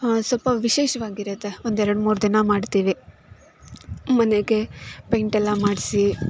ಹಾಂ ಸೊಲ್ಪ ವಿಶೇಷವಾಗಿರುತ್ತೆ ಒಂದು ಎರಡು ಮೂರು ದಿನ ಮಾಡ್ತೀವಿ ಮನೆಗೆ ಪೇಂಟ್ ಎಲ್ಲ ಮಾಡಿಸಿ